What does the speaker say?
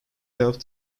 self